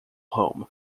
home